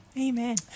Amen